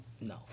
No